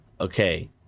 okay